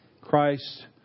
Christ